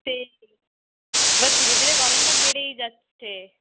সেই এবার ধীরে ধীরে গরমটা বেড়েই যাচ্ছে